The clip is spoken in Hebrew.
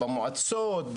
במועצות,